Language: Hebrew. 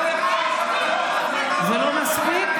זה לא מספיק?